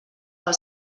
pel